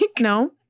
no